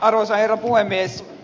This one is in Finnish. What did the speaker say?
arvoisa herra puhemies